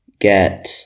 get